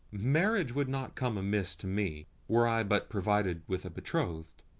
marriage would not come amiss to me, were i but provided with a betrothed.